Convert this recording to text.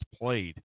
played